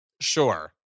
Sure